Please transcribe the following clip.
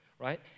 right